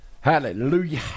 Hallelujah